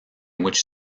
which